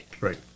Right